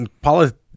politics